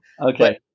Okay